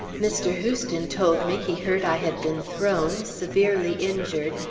mr. heuston told me he heard i had been thrown, severely injured,